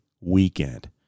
weekend